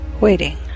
waiting